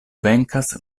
venkas